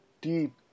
deep